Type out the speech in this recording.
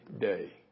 day